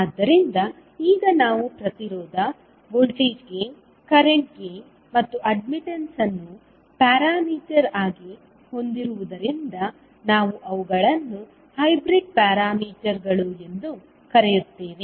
ಆದ್ದರಿಂದ ಈಗ ನಾವು ಪ್ರತಿರೋಧ ವೋಲ್ಟೇಜ್ ಗೈನ್ ಕರೆಂಟ್ ಗೈನ್ ಮತ್ತು ಅಡ್ಮಿಟ್ಟನ್ಸ್ ಅನ್ನು ಪ್ಯಾರಾಮೀಟರ್ ಆಗಿ ಹೊಂದಿರುವುದರಿಂದ ನಾವು ಅವುಗಳನ್ನು ಹೈಬ್ರಿಡ್ ಪ್ಯಾರಾಮೀಟರ್ಗಳು ಎಂದು ಕರೆಯುತ್ತೇವೆ